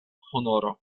honoro